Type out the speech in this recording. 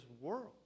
world